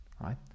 right